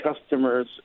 customers